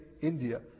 India